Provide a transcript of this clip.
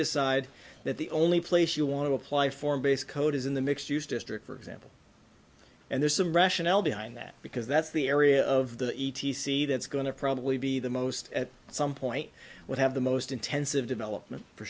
decide that the only place you want to apply for a base code is in the mixed use district for example and there's some rationale behind that because that's the area of the e t c that's going to probably be the most at some point would have the most intensive development for